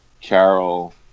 Carol